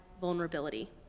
vulnerability